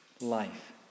life